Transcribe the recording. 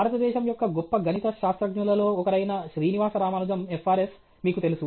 భారతదేశం యొక్క గొప్ప గణిత శాస్త్రజ్ఞులలో ఒకరైన శ్రీనివాస రామానుజం FRS మీకు తెలుసు